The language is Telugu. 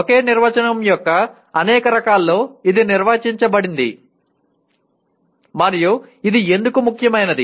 ఒకే నిర్వచనం యొక్క అనేక రకాల్లో ఇది నిర్వచించబడింది మరియు ఇది ఎందుకు ముఖ్యమైనది